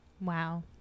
Wow